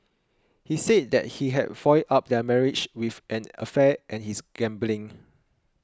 he said that he had fouled up their marriage with an affair and his gambling